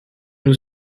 nous